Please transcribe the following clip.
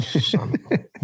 Son